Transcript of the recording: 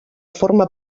forma